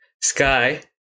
Sky